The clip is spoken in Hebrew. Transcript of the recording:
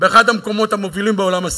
באחד המקומות המובילים בעולם,